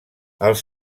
els